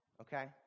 okay